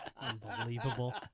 Unbelievable